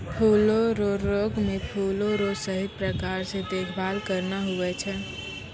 फूलो रो रोग मे फूलो रो सही प्रकार से देखभाल करना हुवै छै